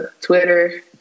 Twitter